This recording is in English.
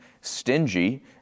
stingy